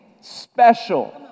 special